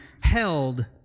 held